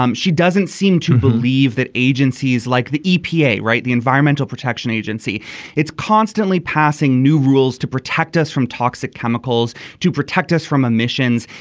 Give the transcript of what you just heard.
um she doesn't seem to believe that agencies like the epa right the environmental protection agency it's constantly passing new rules to protect us from toxic chemicals to protect us from emissions.